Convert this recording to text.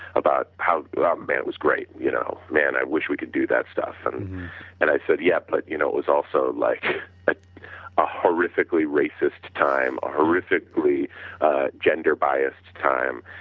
about how man was great. you know man, i wish we could do that stuff and and i said yeah, but you know it was also like a ah horrifically racist time, horrifically horrifically gender biased time.